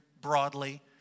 broadly